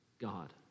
God